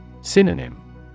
Synonym